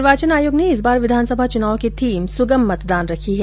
निर्वाचन आयोग ने इस बार विधानसभा चुनाव की थीम सुगम मतदान रखी है